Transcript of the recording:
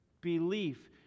Belief